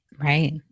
Right